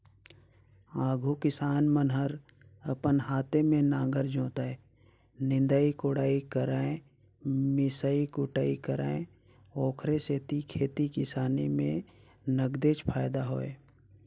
आघु किसान मन हर अपने हाते में नांगर जोतय, निंदई कोड़ई करयए मिसई कुटई करय ओखरे सेती खेती किसानी में नगदेच फायदा होय